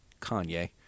Kanye